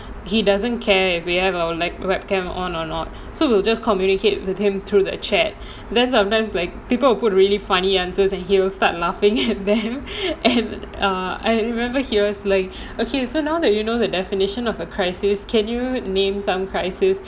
he doesn't care if we have our like webcam on or not so we'll just communicate with him through the chat then sometimes like people would put really funny answers and he will start laughing at them and err I remember he was like okay so now that you know the definition of a crisis can you name some crisis